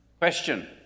Question